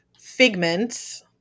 Figments